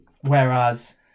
whereas